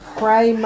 pray